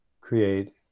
create